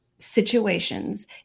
situations